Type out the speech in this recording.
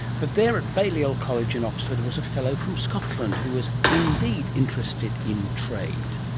but there, at balliol college in oxford, was a fellow from scotland, who was indeed interested in trade.